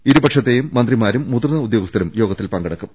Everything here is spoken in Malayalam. ഇരുപക്ഷത്തെയും മന്ത്രിമാരും മുതിർന്ന ഉദ്യോഗസ്ഥരും യോഗത്തിൽ പങ്കെടുക്കും